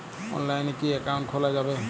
অনলাইনে কি অ্যাকাউন্ট খোলা যাবে?